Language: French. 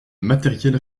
matériel